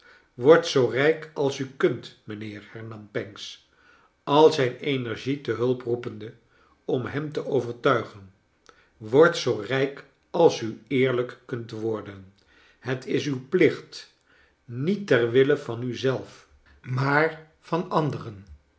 word zoo rrjk als u kunt mijnheer hernam pancks al zijn energie te hulp roepende om hem te overtuigen word zoo rijk als u eerlijk kunt worden het is uw plicht niet ter wille van u zelf maar van anderen